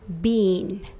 bean